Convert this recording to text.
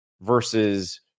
versus